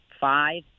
five